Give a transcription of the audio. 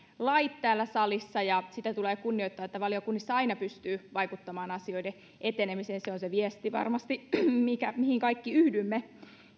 lait täällä salissa ja sitä tulee kunnioittaa että valiokunnissa aina pystyy vaikuttamaan asioiden etenemiseen se on varmasti se viesti mihin me kaikki yhdymme